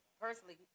Personally